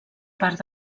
part